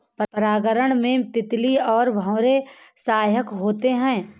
परागण में तितली और भौरे सहायक होते है